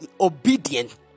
obedient